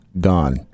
gone